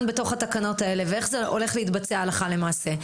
בתוך התקנות האלה ואיך זה הולך להתבצע הלכה למעשה.